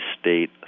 state